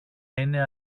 είναι